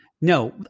No